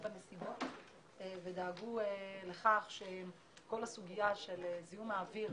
בנסיבות ודאגו לכך שכל הסוגיה של זיהום האוויר